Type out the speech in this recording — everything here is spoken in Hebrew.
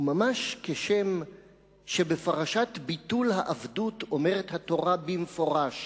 וממש כשם שבפרשת ביטול העבדות אומרת התורה במפורש,